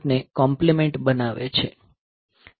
4 ને કોમ્પ્લીમેન્ટ બનાવે છે